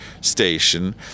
station